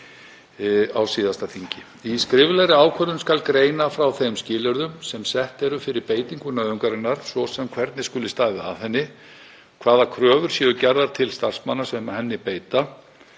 Í skriflegri ákvörðun skal greina frá þeim skilyrðum sem sett eru fyrir beitingu nauðungarinnar, svo sem hvernig skuli staðið að henni, hvaða kröfur séu gerðar til starfsmanna sem henni beita